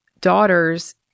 daughters